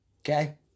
okay